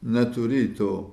neturi to